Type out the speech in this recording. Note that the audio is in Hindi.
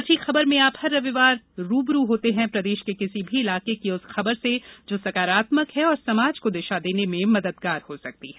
अच्छी खबर में आप हर रविवार रू ब रू होते हैं प्रदेश के किसी भी इलाके की उस खबर से जो सकारात्मक है और समाज को दिशा देने में मददगार हो सकती है